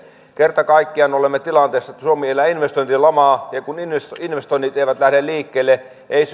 kerta kaikkiaan olemme siinä tilanteessa että suomi elää investointilamaa ja kun investoinnit eivät lähde liikkeelle ei synny